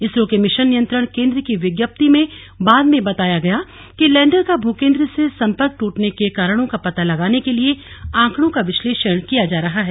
इसरो के मिशन नियंत्रण केन्द्र की विज्ञप्ति में बाद में बताया गया कि लैंडर का भूकेन्द्र से सम्पर्क टूटने के कारणों का पता लगाने के लिए आंकड़ों का विश्लेषण किया जा रहा है